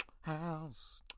house